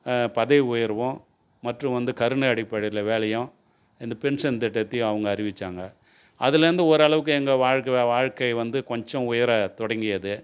பதவி உயர்வும் மற்றும் வந்து கருணை அடிப்படையில் வேலையும் அந்த பென்ஷன் திட்டத்தையும் அவங்க அறிவித்தாங்க அதிலேருந்து ஓரளவுக்கு எங்கள் வாழ்க்கை வாழ்க்கை வந்து கொஞ்சம் உயரத்தொடங்கியது